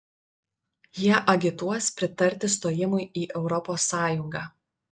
jie agituos pritarti stojimui į europos sąjungą